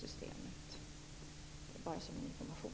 Detta vill jag nämna bara som en information.